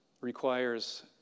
requires